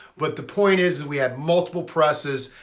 but the point is we had multiple presses.